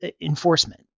enforcement